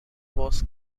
was